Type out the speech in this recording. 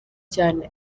cyane